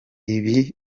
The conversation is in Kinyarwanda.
ibi